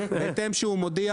בהתאם שהוא מודיע